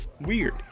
Weird